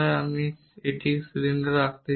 আমি একটি সিলিন্ডার রাখতে চাই